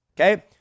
Okay